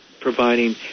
providing